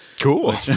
Cool